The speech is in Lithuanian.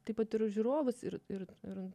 taip pat ir žiūrovus ir ir ir